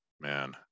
man